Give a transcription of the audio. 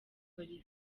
olivier